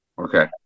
Okay